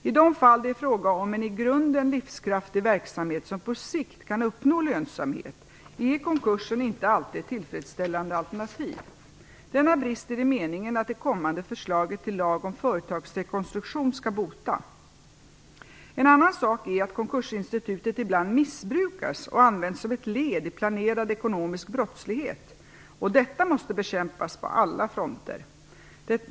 I de fall det är fråga om en i grunden livskraftig verksamhet som på sikt kan uppnå lönsamhet är konkursen inte alltid ett tillfredsställande alternativ. Denna brist är det meningen att det kommande förslaget till lag om företagsrekonstruktion skall bota. En annan sak är att konkursinstitutet ibland missbrukas och används som ett led i planerad ekonomisk brottslighet. Detta måste bekämpas på alla fronter.